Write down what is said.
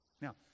Now